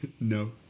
No